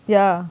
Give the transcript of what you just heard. ya